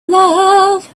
love